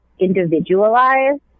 individualized